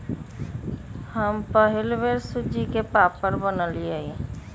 हम पहिल बेर सूज्ज़ी के पापड़ बनलियइ